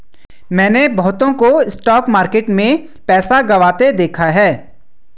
मैंने बहुतों को स्टॉक मार्केट में पैसा गंवाते देखा हैं